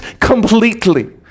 completely